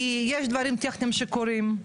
כי יש דברים טכניים שקורים,